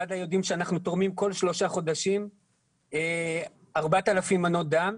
מד"א יודעים שאנחנו תורמים כל שלושה חודשים 4,000 מנות דם.